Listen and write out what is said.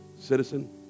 citizen